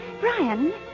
Brian